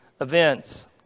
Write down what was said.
events